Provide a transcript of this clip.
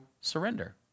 surrender